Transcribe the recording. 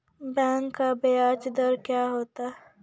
Bank का ब्याज दर क्या होता हैं?